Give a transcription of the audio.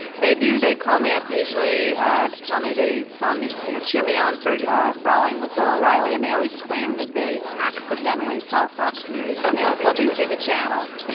they do. they call me up usually to tell me they saw me you know, cheer me on for brawling with bill o'reilly. and they always claim that they accidentally saw fox news when they were flipping through the channels.